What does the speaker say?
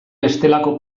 bestelako